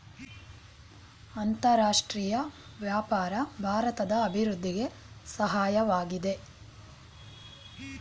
ಅಂತರರಾಷ್ಟ್ರೀಯ ವ್ಯಾಪಾರ ಭಾರತದ ಅಭಿವೃದ್ಧಿಗೆ ಸಹಾಯವಾಗಿದೆ